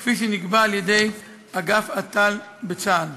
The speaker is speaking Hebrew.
כפי שנקבע על-ידי אגף אט"ל בצה"ל: